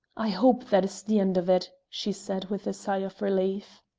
i hope that is the end of it, she said, with a sigh of relief.